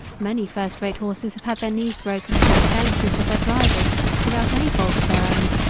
many first-rate horses have had their knees broken through the carelessness of their drivers without any fault of their own,